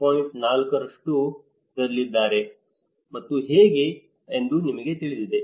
4 ರಷ್ಟಿದ್ದರು ಮತ್ತು ಹೇಗೆ ಎಂದು ನಿಮಗೆ ತಿಳಿದಿದೆ